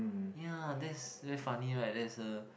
ya that's very funny right there is a